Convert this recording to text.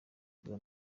bwa